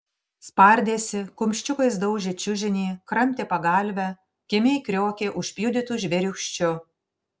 spardėsi kumščiukais daužė čiužinį kramtė pagalvę kimiai kriokė užpjudytu žvėriūkščiu